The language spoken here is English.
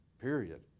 period